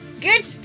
Good